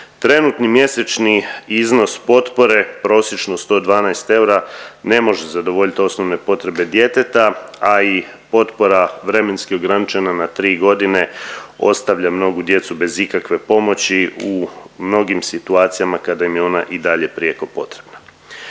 Trenutni mjesečni iznos potpore prosječno 112 eura ne može zadovoljit osnovne potrebe djeteta, a i potpora vremenski je ograničena na 3.g., ostavlja mnogu djecu bez ikakve pomoći u mnogim situacijama kada im je ona i dalje prijeko potrebna.